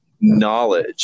knowledge